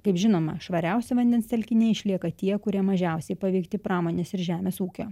kaip žinoma švariausi vandens telkiniai išlieka tie kurie mažiausiai paveikti pramonės ir žemės ūkio